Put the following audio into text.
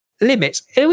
Limits